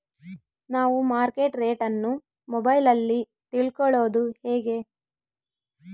ನಾವು market rate ಅನ್ನು ಮೊಬೈಲಲ್ಲಿ ತಿಳ್ಕಳೋದು ಹೇಗೆ?